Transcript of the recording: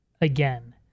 again